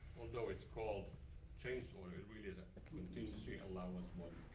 although it's called change order, it's a contingency allowance